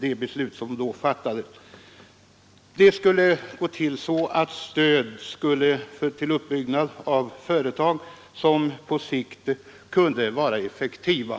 Det beslut som då fattades innebar att stöd skulle kunna utgå till uppbyggnad av företag som på sikt bedömdes kunna bli effektiva.